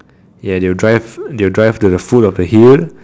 ya they will drive they will drive the food up the hill